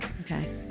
okay